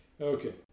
Okay